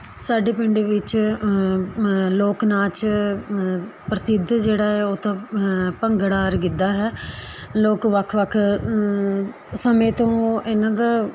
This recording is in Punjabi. ਸਾਡੇ ਪਿੰਡ ਵਿੱਚ ਲੋਕ ਨਾਚ ਪ੍ਰਸਿੱਧ ਜਿਹੜਾ ਹੈ ਉਹ ਤਾਂ ਭੰਗੜਾ ਔਰ ਗਿੱਧਾ ਹੈ ਲੋਕ ਵੱਖ ਵੱਖ ਸਮੇਂ ਤੋਂ ਇਹਨਾਂ ਦਾ